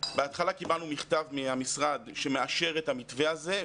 בהתחלה קיבלנו מכתב מהמשרד שמאשר את המתווה הזה,